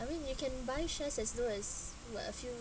I mean you can buy shares as long as you want a few